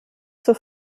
zur